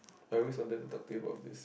I always seldom to talk you about this